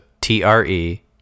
T-R-E